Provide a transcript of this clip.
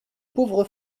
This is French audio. pauvre